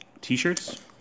t-shirts